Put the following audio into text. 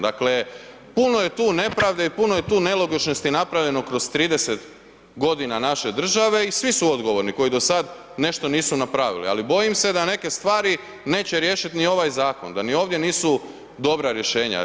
Dakle, puno je tu nepravde i puno je tu nelogičnosti napravljeno kroz 30 godina naše države i svi su odgovorni koji do sad nešto nisu napravili, ali bojim se da neke stvari neće riješiti ni ovaj zakon, da ni ovdje nisu dobra rješenja.